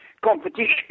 competition